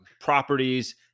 properties